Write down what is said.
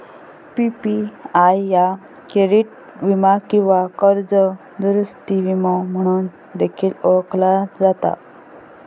PPI का credit वीमा किंवा कर्ज दुरूस्ती विमो म्हणून देखील ओळखला जाता